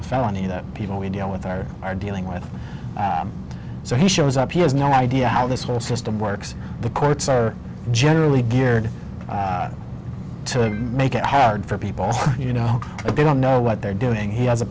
a felony that people we deal with are are dealing with so he shows up he has no idea how this whole system works the courts are generally geared to make it hard for people you know they don't know what they're doing he has a